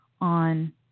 on